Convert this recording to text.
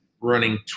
running